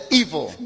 evil